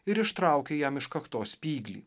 ir ištraukė jam iš kaktos spyglį